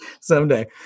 someday